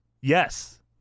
Yes